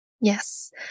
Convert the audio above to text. Yes